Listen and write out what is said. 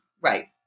Right